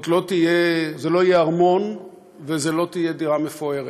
זה לא יהיה ארמון וזו לא תהיה דירה מפוארת,